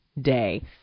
day